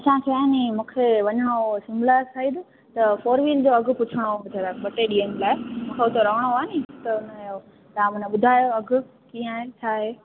असांखे आने मुखे वञीणो हुओ शिमला साइड त फोर वील जो अघु पुछणो हुओ ॿ टे ॾींहंनि लाइ मूंखे उते रहिणो आहे नि त उन जो तव्हां माना ॿुधायो अघु कीअं आहे छा आहे